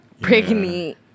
Pregnant